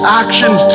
actions